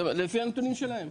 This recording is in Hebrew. לפי הנתונים שלהם.